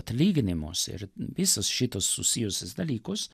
atlyginimus ir visus šitus susijusius dalykus